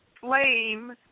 flame